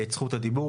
את זכות הדיבור,